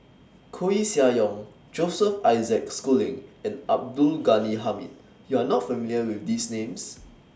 Koeh Sia Yong Joseph Isaac Schooling and Abdul Ghani Hamid YOU Are not familiar with These Names